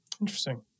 Interesting